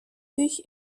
sich